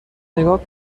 نگاه